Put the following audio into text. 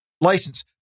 license